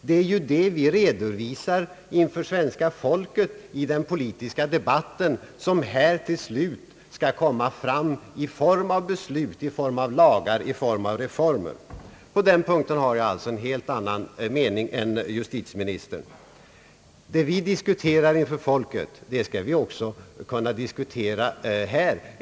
Det är ju det vi redovisar inför svenska folket i den politiska debatten, som här till slut skall resultera i beslut om lagar och reformer. På den punkten har jag alltså en helt annan mening än justitieministern. Det vi diskuterar inför folket skall vi också kunna diskutera här.